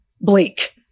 bleak